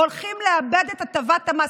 הולכים לאבד את הטבת המס.